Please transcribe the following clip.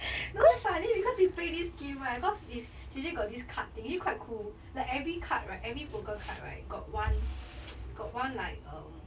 no damn because we play this game right because is jay jay got this card thing actually quite cool like every card right every poker card right got one got one like um